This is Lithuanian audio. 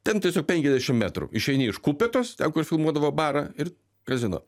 ten tiesiog penkiasdešimt metrų išeini iš kupetos ten kur filmuodavo barą ir kazino